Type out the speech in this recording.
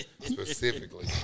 specifically